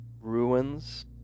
ruins